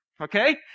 okay